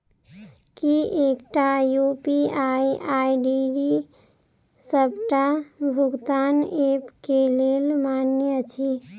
की एकटा UPI ID D सबटा भुगतान ऐप केँ लेल मान्य अछि?